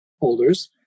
holders